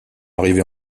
arrivées